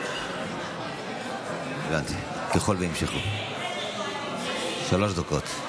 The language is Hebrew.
שלוש דקות.